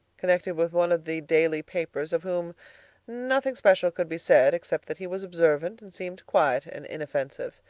connected with one of the daily papers, of whom nothing special could be said, except that he was observant and seemed quiet and inoffensive.